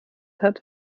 hat